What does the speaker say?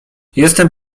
jestem